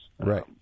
Right